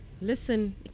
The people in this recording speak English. listen